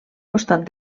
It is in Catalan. costat